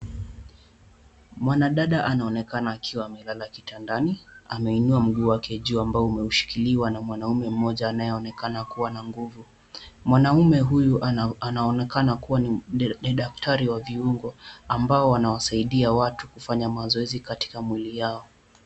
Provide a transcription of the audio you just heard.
Mwanadada anaonekana akiwa amelala kitandani. Ameinua mguu wake juu ambao umeshikiliwa na mwanaume mmoja anayeonekana kuwa na nguvu. Mwanaume huyu anaonekana kuwa ni daktari wa viungo ambao wanawasaidia watu kufanya mazoezi katika mwili yao.